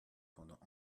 pendant